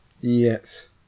Yes